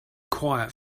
quiet